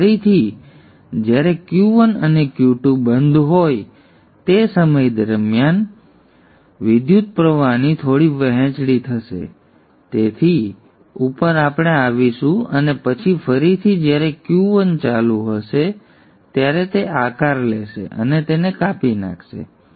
અને ફરીથી જ્યારે Q1 અને Q2 બંધ હોય તે સમય દરમિયાન વિદ્યુતપ્રવાહની થોડી વહેંચણી થશે જેની ઉપર આપણે આવીશું અને પછી ફરીથી જ્યારે Q1 ચાલુ હશે ત્યારે તે આકાર લેશે અને તેને કાપી નાખશે